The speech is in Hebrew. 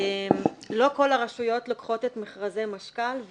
לא כל הרשויות לוקחות את מכרזי משכ"ל.